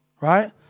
right